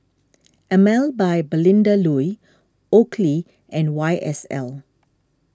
Emel by Belinda Looi Oakley and Y S L